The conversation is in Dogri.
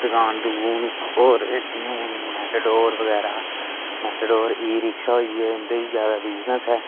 दकान दकून होर जि'यां हून मैटाडोर बगैरा मेटाडोर ई रिक्शा होई गे इं'दे बी ज्यादा बिजनेस ऐ